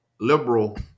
liberal